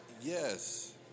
Yes